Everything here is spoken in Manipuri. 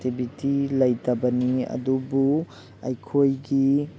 ꯇꯤꯚꯤꯇꯤ ꯂꯩꯇꯕꯅꯤ ꯑꯗꯨꯕꯨ ꯑꯩꯈꯣꯏꯒꯤ